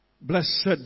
Blessed